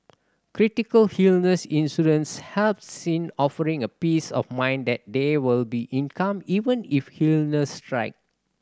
critical illness insurance helps in offering a peace of mind that there will be income even if illness strike